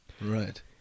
right